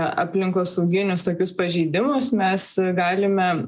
aplinkosauginius tokius pažeidimus mes galime